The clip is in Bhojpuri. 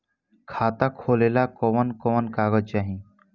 खाता खोलेला कवन कवन कागज चाहीं?